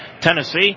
Tennessee